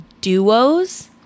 duos